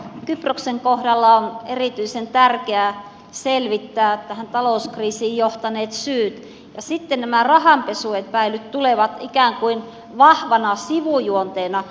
kyproksen kohdalla on erityisen tärkeää selvittää tähän talouskriisiin johtaneet syyt ja sitten nämä rahanpesuepäilyt tulevat ikään kuin vahvana sivujuonteena